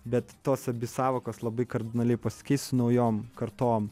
bet tos abi sąvokos labai kardinaliai pasikeis su naujom kartom